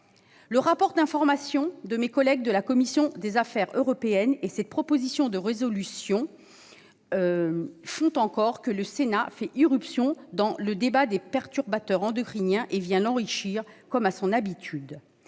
le rapport d'information de mes collègues de la commission des affaires européennes et cette proposition de résolution, le Sénat fait irruption dans le débat sur les perturbateurs endocriniens et vient l'enrichir, comme à son habitude.